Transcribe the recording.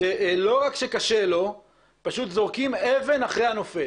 שלא רק שקשה לו אלא פשוט זורקים אבן אחרי הנופל.